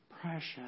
precious